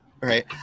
right